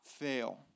fail